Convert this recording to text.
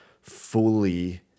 fully